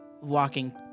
walking